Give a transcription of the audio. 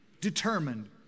determined